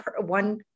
one